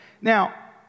Now